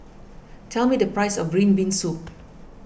tell me the price of Green Bean Soup